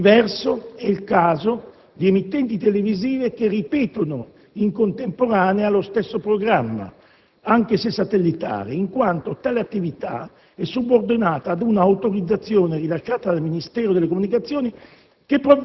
Diverso è il caso di emittenti televisive che ripetono in contemporanea lo stesso programma (anche se satellitare), in quanto tale attività è subordinata ad un'autorizzazione rilasciata dal Ministero delle comunicazioni